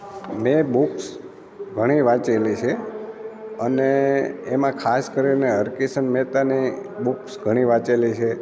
મેં બુક્સ ઘણી વાંચેલી છે અને એમાં ખાસ કરીને હરકિશન મહેતાની બુક્સ ઘણી વાંચેલી છે